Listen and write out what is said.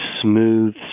smooth